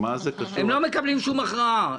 הם לא מקבלים שום הכרעה.